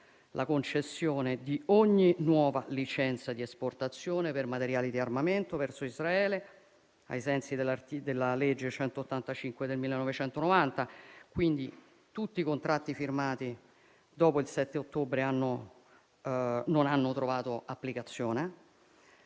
la concessione di ogni nuova licenza di esportazione per materiali di armamento verso Israele, ai sensi della legge n. 185 del 1990; tutti i contratti firmati dopo il 7 ottobre quindi non hanno trovato applicazione.